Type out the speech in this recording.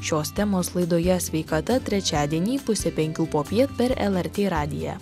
šios temos laidoje sveikata trečiadienį pusę penkių popiet per lrt radiją